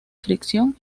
fricción